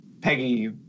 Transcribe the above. Peggy